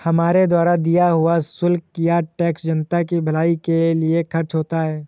हमारे द्वारा दिया हुआ शुल्क या टैक्स जनता की भलाई के लिए खर्च होता है